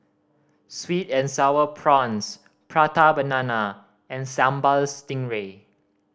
sweet and Sour Prawns Prata Banana and Sambal Stingray